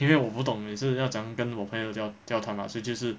因为我不懂每次要怎样跟我朋友交交谈嘛所以就是